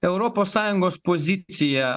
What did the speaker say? europos sąjungos poziciją